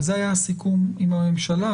אבל זה היה הסיכום עם הממשלה,